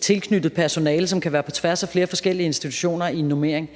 tilknyttet personale, som kan være på tværs af flere forskellige institutioner, i en normering?